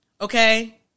Okay